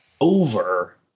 over